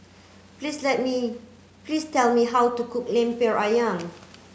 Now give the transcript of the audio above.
please tell me please tell me how to cook Lemper Ayam